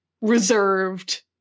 reserved